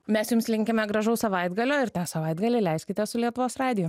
mes jums linkime gražaus savaitgalio ir tą savaitgalį leiskite su lietuvos radiju